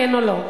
כן או לא,